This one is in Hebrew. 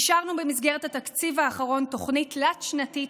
אישרנו במסגרת התקציב האחרון תוכנית תלת-שנתית